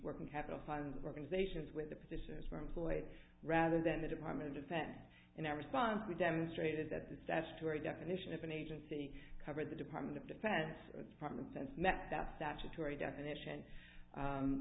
working capital fund organizations with the positions were employed rather than the department of defense in our response we demonstrated that the statutory definition of an agency covered the department of defense department since met that statutory definition